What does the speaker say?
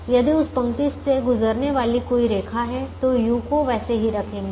यदि उस पंक्ति से गुजरने वाली कोई रेखा है तो u को वैसे ही रखेंगे